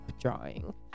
drawing